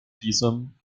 diesem